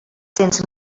cents